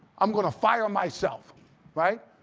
um going to fire myself right?